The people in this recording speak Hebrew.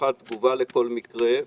אחת, תגובה לכל מקרה.